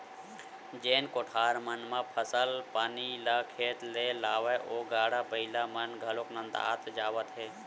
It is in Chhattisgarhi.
जेन कोठार मन म फसल पानी ल खेत ले लावय ओ गाड़ा बइला मन घलोक नंदात जावत हे